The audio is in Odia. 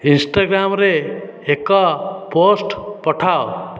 ଇନଷ୍ଟାଗ୍ରାମରେ ଏକ ପୋଷ୍ଟ ପଠାଅ